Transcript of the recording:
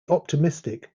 optimistic